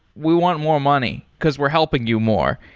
we want more money, because we're helping you more.